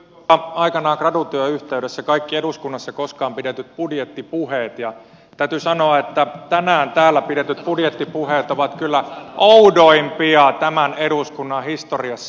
luin aikanaan gradutyön yhteydessä kaikki eduskunnassa koskaan pidetyt budjettipuheet ja täytyy sanoa että tänään täällä pidetyt budjettipuheet ovat kyllä oudoimpia tämän eduskunnan historiassa